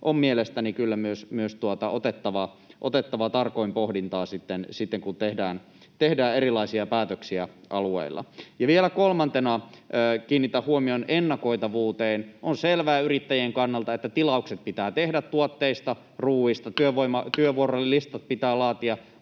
on mielestäni kyllä myös otettava tarkoin pohdintaan sitten, kun tehdään erilaisia päätöksiä alueilla. Ja vielä kolmantena kiinnitän huomion ennakoitavuuteen. On selvää yrittäjien kannalta, että pitää tehdä tilaukset tuotteista, ruoista,